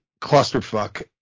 clusterfuck